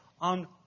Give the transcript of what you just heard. on